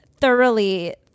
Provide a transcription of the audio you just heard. thoroughly